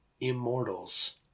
immortals